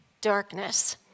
darkness